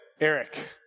Eric